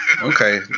okay